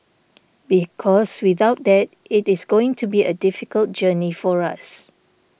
because without that it is going to be a difficult journey for us